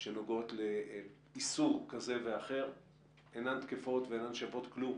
שנוגעות לאיסור כזה ואחר אינן תקפות ואינן שוות כלום,